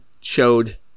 showed